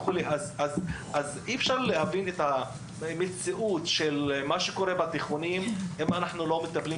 אז אי אפשר להבין את מה שקורה בתיכונים אם אנחנו לא מתחילים